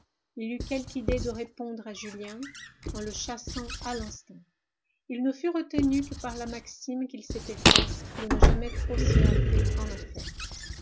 quelque idée de répondre à julien en le chassant à l'instant il ne fut retenu que par la maxime qu'il s'était faite de ne jamais trop se hâter en affaires